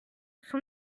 son